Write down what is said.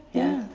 yeah.